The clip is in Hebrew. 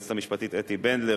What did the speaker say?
ליועצת המשפטית אתי בנדלר,